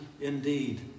indeed